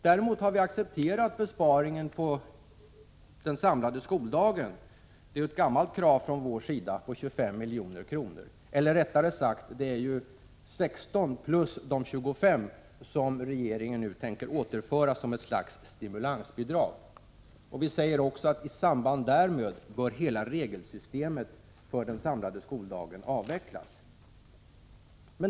Däremot har vi accepterat besparingen på den samlade skoldagen på 25 milj.kr. Det är ju ett gammalt krav från vår sida. Rättare sagt handlar det om 16 plus de 25 miljoner som regeringen nu tänker återföra som ett slags stimulansbidrag. Vi säger att i samband härmed bör hela regelsystemet för den samlade skoldagen avvecklas.